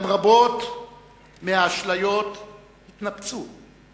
גם רבות מהאשליות התנפצו,